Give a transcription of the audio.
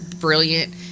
brilliant